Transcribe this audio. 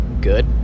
good